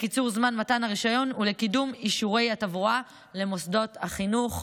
קיצור זמן מתן הרישיון וקידום אישורי התברואה למוסדות החינוך.